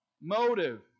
motive